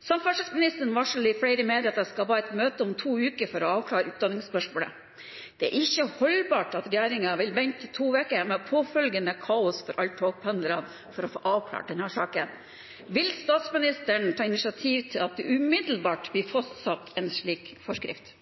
Samferdselsministeren varsler i flere media at det skal være et møte om to uker for å avklare utdanningsspørsmålet. Det er ikke holdbart at regjeringen vil vente to uker, med påfølgende kaos for alle togpendlerne, for å få avklart denne saken. Vil statsministeren ta initiativ til at det umiddelbart blir fastsatt en slik forskrift?